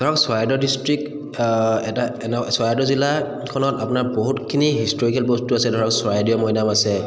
ধৰক চৰাইদেউ ডিষ্ট্ৰিক এটা এনে চৰাইদউ জিলাখনত আপোনাৰ বহুতখিনি হিষ্টৰিকেল বস্তু আছে ধৰক চৰাইদেউ মৈদাম আছে